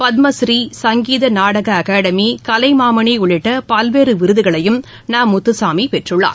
பத்மஸ்ரீ சங்கீதநாடகஅகாடமி கலைமாமணிஉள்ளிட்டபல்வேறுவிருதுகயும் ந முத்துசாமிபெற்றுள்ளார்